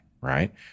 right